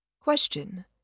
Question